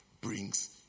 brings